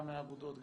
גם מהאגודות,